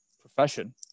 profession